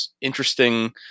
interesting